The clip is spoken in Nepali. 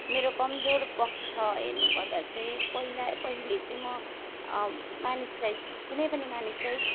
मेरो कमजोर पक्ष हेर्नुपर्दा चाहिँ पहिला पहिले चाहिँ म मानिसलाई कुनै पनि मानिसलाई